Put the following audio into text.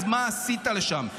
אז מה עשית שם?